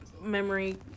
memory